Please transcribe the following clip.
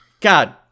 God